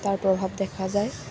তাৰ প্ৰভাৱ দেখা যায়